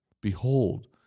Behold